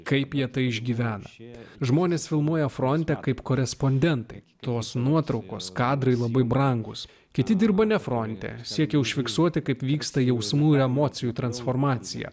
kaip jie tai išgyvena šie žmonės filmuoja fronte kaip korespondentai kitos nuotraukos kadrai labai brangūs kiti dirba ne fronte siekia užfiksuoti kaip vyksta jausmų ir emocijų transformacija